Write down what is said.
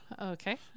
okay